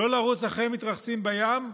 לא לרוץ אחרי מתרחצים בים,